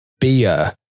beer